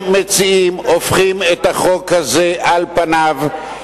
מציעים הופכות את החוק הזה על פניו,